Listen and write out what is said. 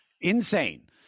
Insane